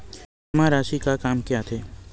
जमा राशि का काम आथे?